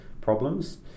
problems